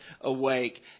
awake